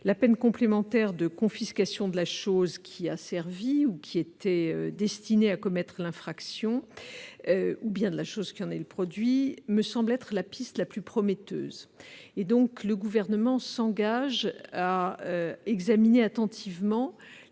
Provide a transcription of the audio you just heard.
la peine complémentaire de confiscation de la chose ayant servi ou été destinée à commettre l'infraction ou de la chose qui en est le produit me semble la piste la plus prometteuse. Le Gouvernement s'engage donc à examiner attentivement